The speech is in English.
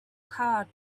card